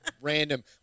random –